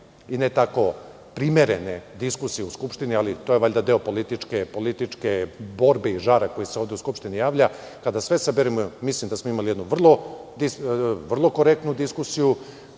i ne tako primerene diskusije u Skupštini, ali to je valjda deo političke borbe i žara koji se ovde u Skupštini javlja, kada sve saberemo, mislim da smo imali jednu vrlo korektnu i